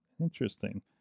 interesting